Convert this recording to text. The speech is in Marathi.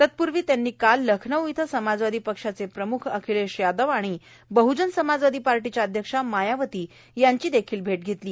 तत्पूर्वी काल त्यांनी लखनऊ इथं समाजवादी पक्षाचे प्रमुख अखिलेश यादव आणि बहजन समाजवादी पार्टीच्या अध्यक्षा मायावती यांची देखील भेट घेतली